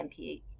MPE